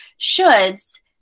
shoulds